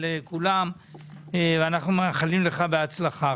אנחנו מאחלים לך בהצלחה.